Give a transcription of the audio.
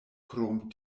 krom